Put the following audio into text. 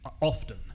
often